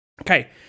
Okay